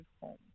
home